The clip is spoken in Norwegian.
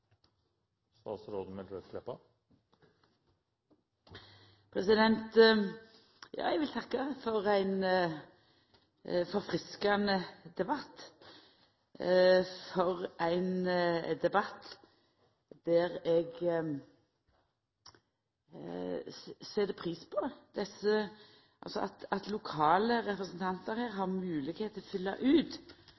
Eg vil takka for ein forfriskande debatt, for ein debatt der eg set pris på at lokale representantar her